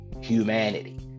humanity